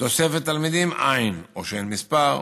תוספת תלמידים: אין, או שאין מספר.